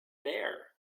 there